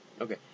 Okay